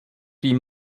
die